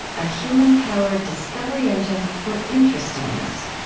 a human-powered discovery engine for interestingness.